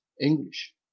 English